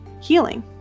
healing